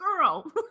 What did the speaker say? Girl